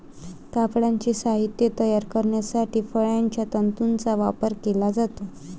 कापडाचे साहित्य तयार करण्यासाठी फळांच्या तंतूंचा वापर केला जातो